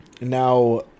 now